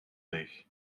leeg